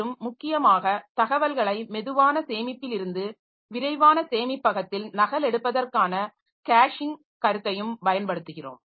மற்றும் முக்கியமாக தகவல்களை மெதுவான சேமிப்பிலிருந்து விரைவான சேமிப்பகத்தில் நகலெடுப்பதற்கான கேஷிங் கருத்தையும் பயன்படுத்துகிறோம்